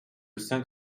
cinq